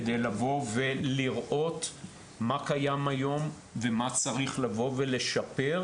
כדי לראות מה קיים היום ומה צריך לשפר,